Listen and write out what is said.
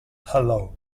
hello